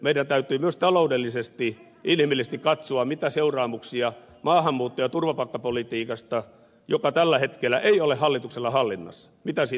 meidän täytyy myös taloudellisesti inhimillisesti katsoa mitä seuraamuksia maahanmuutto ja turvapaikkapolitiikasta joka tällä hetkellä ei ole hallituksella halli pitäisi